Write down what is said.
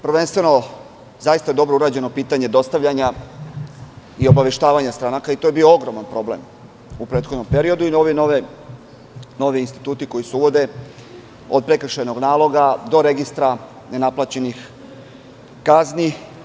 Prvenstveno, zaista je dobro urađeno pitanje dostavljanja i obaveštavanja stranaka i to je bio ogroman problem u prethodnom periodu i novi instituti koji se uvode, od prekršajnog naloga, do registra nenaplaćenih kazni.